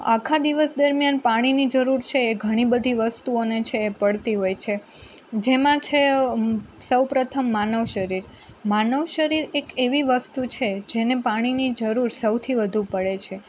આખા દિવસ દરમ્યાન પાણીની જરૂર છે એ ઘણી બધી વસ્તુઓને છે પડતી હોય છે જેમાં છે સૌ પ્રથમ માનવ શરીર માનવ શરીર એક એવી વસ્તુ છે જેને પાણીની જરૂર સૌથી વધુ પડે છે